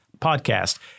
podcast